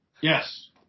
Yes